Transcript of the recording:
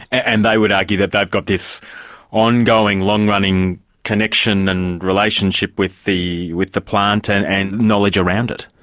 and they would argue that they've got this ongoing long-running connection and relationship with the with the plant and and knowledge around it?